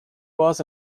was